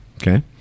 Okay